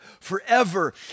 forever